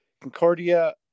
Concordia